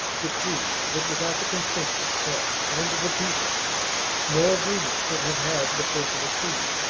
decreed that without the consent of itself and the people no agreement could have had the force of a treaty.